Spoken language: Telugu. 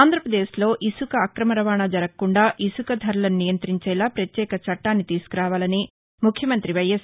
ఆంధ్రాపదేశ్లో ఇసుక అక్రమ రవాణా జరగకుండా ఇసుక ధరలను నియంతించేలా పత్యేక చట్టాన్ని తీసుకు రావాలని ముఖ్య మంత్రి వైఎస్